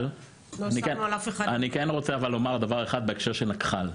אבל אני כן רוצה לומר דבר אחד בהקשר של נקח"ל,